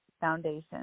Foundation